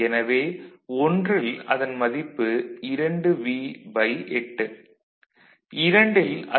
எனவே 1 ல் அதன் மதிப்பு 2V8 2ல் அதன் மதிப்பு 4V8